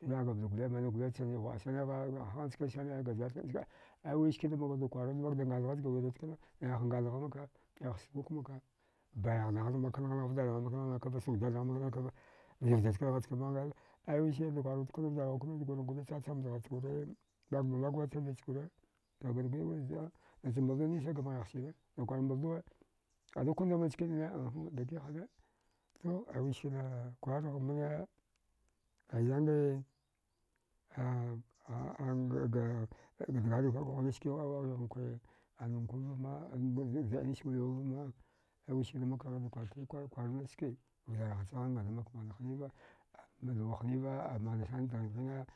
Chalaɗga bza gole manwi gole cha ghwa. a sanigha ai wiskida makwudda kwara makda ngathgha zga wirwud kna naiha ngathgha maka naiha snuk maka bayaghnagh mak naghngha kava vjarha nghangha kava snukcha dadnagh naghnghakava vjir vjirchka dagharcin naghnghakava aya wikida kwarwudka vjarghua kna durankwada chacham dghar chgura magwma magwa tunanichgura kagur giɗu giɗa dazɗa nacha mbaldo zanisa gamghaghsire nakwal mbalduwa ada kwandama chkinina ahan dakihana to aiwiskada kwarghmane thanghe a a. ga dgaraiga pakuɗani ska wa. awaɗ ghakwa anankwa vama zaɗi nis wuliwavama wiskada makghighda kwartri kwara kwarnachske vjarha chagha agana mak mana hniva naluwa hniva amana sana dghindghine